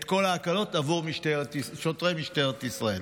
את כל ההקלות עבור שוטרי משטרת ישראל.